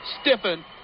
stiffen